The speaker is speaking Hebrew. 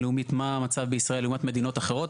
לאומית מה המצב בישראל לעומת מדינות אחרות.